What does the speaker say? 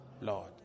Lord